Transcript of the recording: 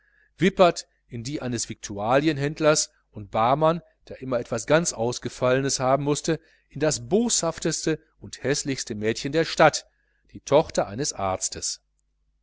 wippert in die eines viktualienhändlers und barmann der immer was ganz ausgefallenes haben mußte in das boshafteste und häßlichste mädchen der stadt die tochter eines arztes